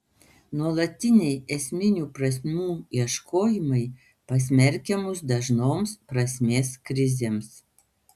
nuolatiniai esminių prasmių ieškojimai pasmerkia mus dažnoms prasmės krizėms